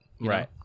right